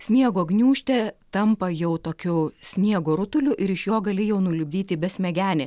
sniego gniūžtė tampa jau tokiu sniego rutuliu ir iš jo gali jau nulipdyti besmegenį